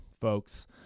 folks